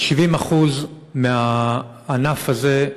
70% מהענף הזה,